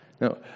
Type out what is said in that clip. Now